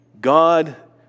God